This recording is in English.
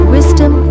Wisdom